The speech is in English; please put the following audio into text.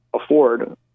afford